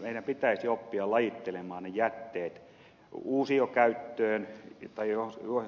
meidän pitäisi oppia lajittelemaan ne jätteet uusiokäyttöön